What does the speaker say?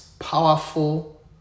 powerful